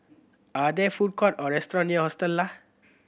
are there food courts or restaurants near Hostel Lah